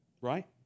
right